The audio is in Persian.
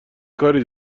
کاری